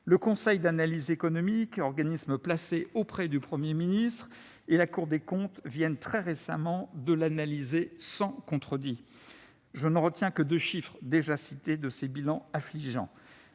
Le Conseil d'analyse économique, organisme placé auprès du Premier ministre, et la Cour des comptes viennent très récemment de l'analyser sans contredit. Je ne retiens que deux chiffres, déjà cités, de ces bilans affligeants.